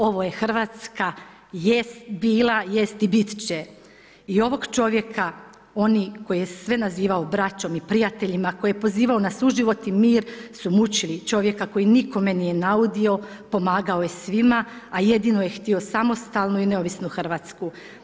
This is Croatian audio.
Ovo je Hrvatska, jest bila i jest i bit će i ovog čovjeka, oni koji je sve nazivao braćom i prijateljima, koji je pozivao na suživot i mir su mučili, čovjeka koji nikome nije naudio, pomagao je svima, a jedino je htio samostalnu i neovisnu Hrvatsku.